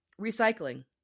Recycling